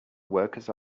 workers